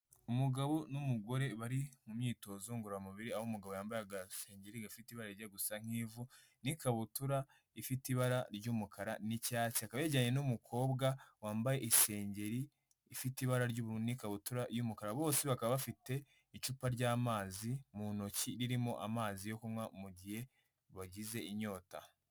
Umugabo n'umugore bari mu myitozo ngororamubiri, aho umugabo yambaye agasengeri gafite ibara rijya gusa nk'ivu n'ikabutura ifite ibara ry'umukara n'icyatsi, akaba yejyeranye n'umukobwa wambaye isengeri ifite ibara ry'ubururu n'ikabutura y'umukara, bose bakaba bafite icupa ry'amazi mu ntoki, ririmo amazi yo kunywa mu gihe bagize inyota.